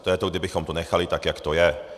To je, kdybychom to nechali tak, jak to je.